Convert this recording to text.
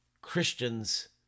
Christians